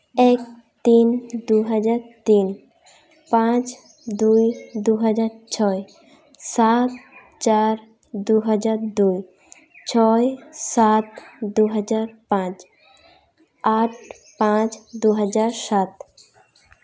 ᱮᱠ ᱛᱤᱱ ᱫᱩ ᱦᱟᱡᱟᱨ ᱛᱤᱱ ᱯᱟᱸᱪ ᱫᱩᱭ ᱫᱩᱦᱟᱡᱟᱨ ᱪᱷᱚᱭ ᱥᱟᱛ ᱪᱟᱨ ᱫᱩᱦᱟᱡᱟᱨ ᱫᱩᱭ ᱪᱷᱚᱭ ᱥᱟᱛ ᱫᱩᱦᱟᱡᱟᱨ ᱯᱟᱸᱪ ᱟᱴ ᱯᱟᱸᱪ ᱫᱩᱦᱟᱡᱟᱨ ᱥᱟᱛ